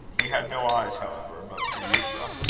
he had no eyes, however, but for euphra.